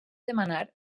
demanar